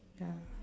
ya